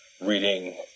reading